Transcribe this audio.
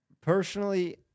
personally